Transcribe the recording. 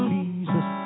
Jesus